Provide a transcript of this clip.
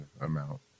amount